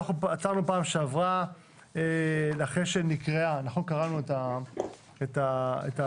עצרנו בפעם שעברה אחרי שקראנו את ההצעה.